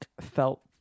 felt